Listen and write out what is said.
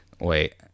Wait